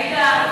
עאידה.